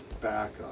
backup